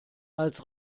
als